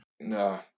No